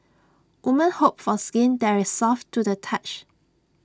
woman hope for skin there is soft to the touch